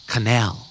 Canal